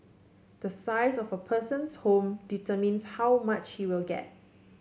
the size of a person's home determines how much he will get